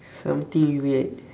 something weird